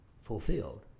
fulfilled